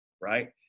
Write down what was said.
right